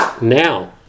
now